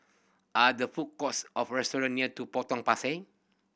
are there food courts of restaurant near Potong Pasir